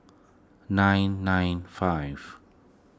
nine nine five